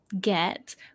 get